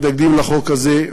מתנגדים לחוק הזה,